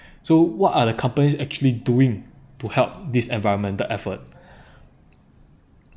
so what are the companies actually doing to help this environmental effort